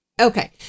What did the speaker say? okay